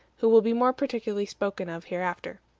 who will be more particularly spoken of hereafter.